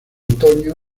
otoño